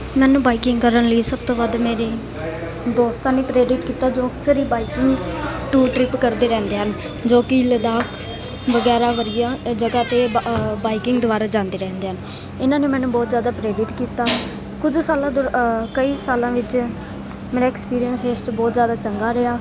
ਮੈਨੂੰ ਬਾਈਕਿੰਗ ਕਰਨ ਲਈ ਸਭ ਤੋਂ ਵੱਧ ਮੇਰੇ ਦੋਸਤਾਂ ਨੇ ਪ੍ਰੇਰਿਤ ਕੀਤਾ ਜੋ ਅਕਸਰ ਹੀ ਬਾਈਕਿੰਗ ਟੂਰ ਟਰਿਪ ਕਰਦੇ ਰਹਿੰਦੇ ਹਨ ਜੋ ਕਿ ਲਦਾਖ ਵਗੈਰਾ ਵਰਗੀਆਂ ਅ ਜਗ੍ਹਾ ਤੇ ਬ ਬਾਈਕਿੰਗ ਦੁਆਰਾ ਜਾਂਦੇ ਰਹਿੰਦੇ ਹਨ ਇਹਨਾਂ ਨੇ ਮੈਨੂੰ ਬਹੁਤ ਜ਼ਿਆਦਾ ਪ੍ਰੇਰਿਤ ਕੀਤਾ ਕੁਝ ਸਾਲਾਂ ਦੌ ਕਈ ਸਾਲਾਂ ਵਿੱਚ ਮੇਰਾ ਐਕਸਪੀਰੀਅੰਸ ਹੈ ਇਸ 'ਚ ਬਹੁਤ ਜ਼ਿਆਦਾ ਚੰਗਾ ਰਿਹਾ